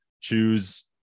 choose